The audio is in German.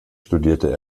studierte